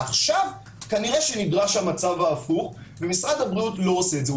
עכשיו כנראה נדרש המצב ההפוך ומשרד הבריאות לא עושה את זה.